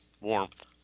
warmth